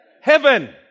heaven